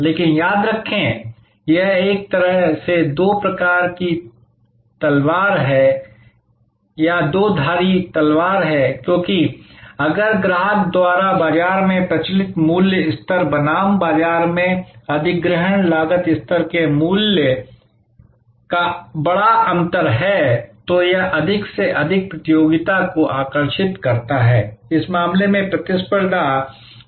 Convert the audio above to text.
लेकिन याद रखें कि यह एक तरह से दो तरह की तलवार या दो धार वाली तलवार है क्योंकि अगर ग्राहक द्वारा बाजार में प्रचलित मूल्य स्तर बनाम बाजार में अधिग्रहण लागत स्तर के बीच मूल्य का बड़ा अंतर है तो यह अधिक से अधिक प्रतियोगिता को आकर्षित करता है इस मामले में प्रतिस्पर्धा बढ़ जाती है